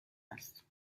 است